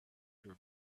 you